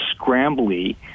scrambly